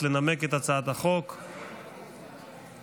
ותעבור לוועדת הבריאות לצורך הכנתה לקריאה הראשונה.